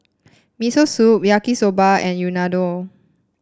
Miso Soup Yaki Soba and Unadon